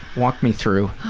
walk me through.